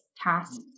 Tasks